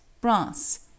Brass